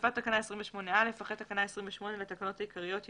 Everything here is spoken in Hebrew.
16.הוספת תקנה 28א אחרי תקנה 28 לתקנות העיקריות יבוא: